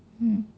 mm